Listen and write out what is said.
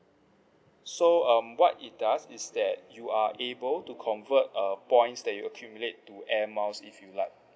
so um what it does is that you are able to convert uh points that you accumulate to Air Miles if you'd like